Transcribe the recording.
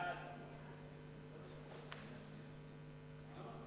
חוק לתיקון פקודת התעבורה (מס'